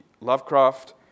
Lovecraft